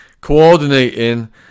coordinating